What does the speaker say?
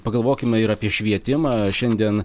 pagalvokime ir apie švietimą šiandien